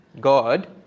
God